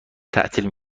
تعطیل